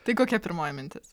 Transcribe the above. tai kokia pirmoji mintis